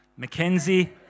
McKenzie